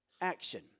action